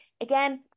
Again